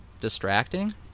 distracting